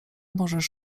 możesz